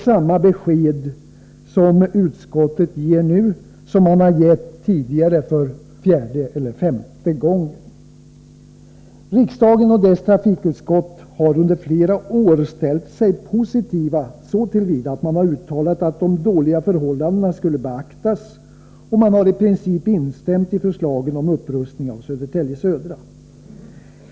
Samma besked ger utskottet nu, för fjärde eller femte gången! Riksdagen och dess trafikutskott har under flera år ställt sig positiva så till vida att man uttalat att de dåliga förhållandena skulle beaktas och i princip instämt i förslagen om upprustning av Södertälje Södra.